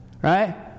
Right